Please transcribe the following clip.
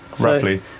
roughly